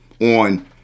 on